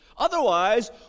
Otherwise